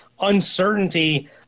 uncertainty